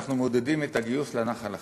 אנחנו מעודדים את הגיוס לנחל החרדי,